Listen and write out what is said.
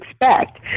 expect